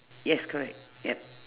yes correct yup